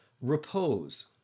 repose